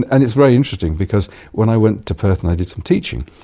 and it's very interesting because when i went to perth and i did some teaching,